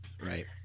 Right